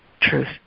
truth